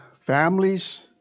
families